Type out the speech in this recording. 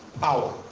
power